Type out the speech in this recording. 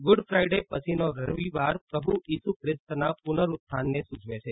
good Friday પછીનો રવિવાર પ્રભુ ઈસુ ખ્રિસ્તના પુનરૂત્થાનને સૂચવે છે